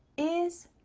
is,